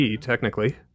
technically